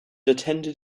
attended